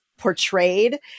portrayed